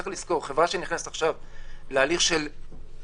צריך לזכור, חברה שנכנסת עכשיו להליך הבראה,